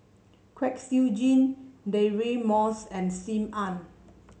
Kwek Siew Jin Deirdre Moss and Sim Ann